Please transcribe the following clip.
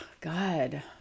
God